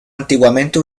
antiguamente